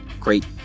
great